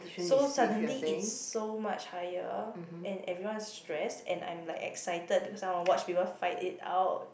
so suddenly it's so much higher and everyone's stressed and I'm like excited because I want to watch people fight it out